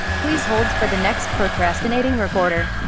please hold for the next procrastinating reporter